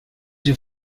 your